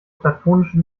platonische